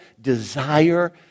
desire